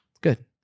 good